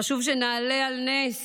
חשוב שנעלה על נס